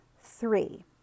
Three